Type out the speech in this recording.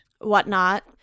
whatnot